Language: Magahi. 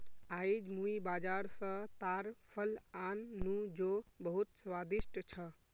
आईज मुई बाजार स ताड़ फल आन नु जो बहुत स्वादिष्ट छ